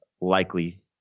likely